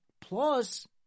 Plus